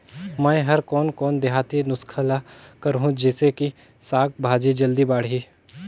मै हर कोन कोन देहाती नुस्खा ल करहूं? जिसे कि साक भाजी जल्दी बाड़ही?